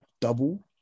double